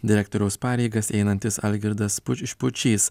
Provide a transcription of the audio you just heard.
direktoriaus pareigas einantis algirdas špučys